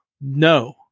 no